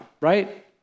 right